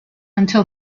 until